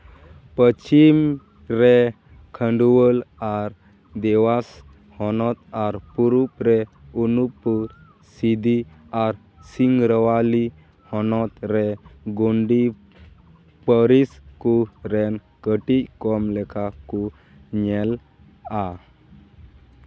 ᱯᱚᱪᱷᱤᱢ ᱨᱮ ᱠᱷᱟᱹᱰᱩᱣᱟᱹᱞ ᱟᱨ ᱵᱮᱣᱟᱥ ᱦᱚᱱᱚᱛ ᱟᱨ ᱯᱩᱨᱩᱵ ᱨᱮ ᱩᱱᱠᱩ ᱥᱤᱫᱷᱤ ᱟᱨ ᱥᱤᱝᱨᱟᱣᱟᱞᱤ ᱦᱚᱱᱚᱛ ᱨᱮ ᱜᱩᱱᱰᱤ ᱯᱟᱹᱨᱤᱥ ᱠᱚ ᱨᱮᱱ ᱠᱟᱹᱴᱤᱡ ᱠᱚᱢ ᱞᱮᱠᱟ ᱠᱚ ᱧᱮᱞᱚᱜᱼᱟ